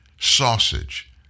sausage